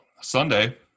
Sunday